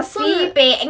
so that